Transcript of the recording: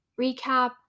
recap